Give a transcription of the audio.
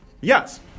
Yes